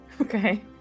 Okay